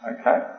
Okay